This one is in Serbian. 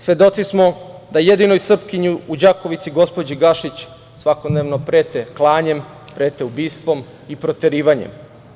Svedoci smo da jedinoj Srpkinji u Đakovici, gospođi Gašić svakodnevno prete klanjem, prete ubistvom i proterivanjem.